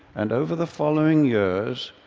and over the following years,